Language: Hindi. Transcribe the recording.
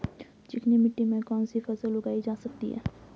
चिकनी मिट्टी में कौन सी फसल उगाई जा सकती है?